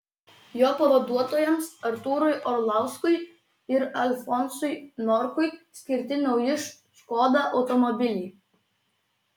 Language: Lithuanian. jo pavaduotojams artūrui orlauskui ir alfonsui norkui skirti nauji škoda automobiliai